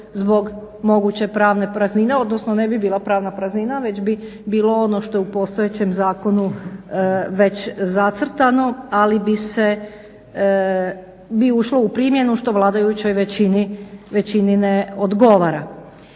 zbog moguće pravne praznine, odnosno ne bi bila pravna praznina već bi bilo ono što je u postojećem zakonu već zacrtano ali bi se ušlo u primjenu što vladajućoj većini ne odgovara.